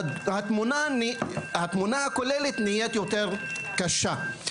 והתמונה הכוללת נהיית יותר קשה.